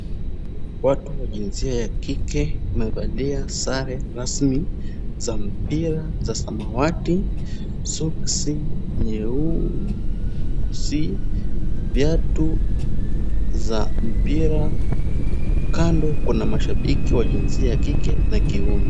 Watu wa jinsia ya kike wamevalia sare rasmi za mpira za samawati, soksi nyeusi, viatu za mpira. Kando kuna mashabiki wa jinsia ya kike na kiume.